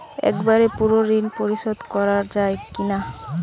একবারে পুরো ঋণ পরিশোধ করা যায় কি না?